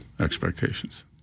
expectations